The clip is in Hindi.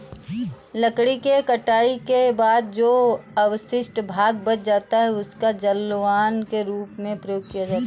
लकड़ी के कटाई के बाद जो अवशिष्ट भाग बच जाता है, उसका जलावन के रूप में प्रयोग होता है